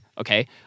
okay